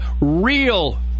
real